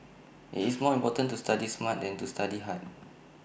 IT is more important to study smart than to study hard